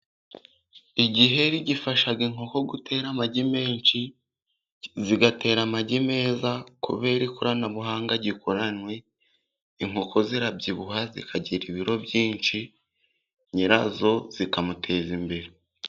Igiheri gifasha inkoko gutera amagi menshi zigatera amagi meza, kubera ikoranabuhanga gikoranywe, inkoko zirabyibuha zikagira ibiro byinshi nyirazo zikamuteza imbere.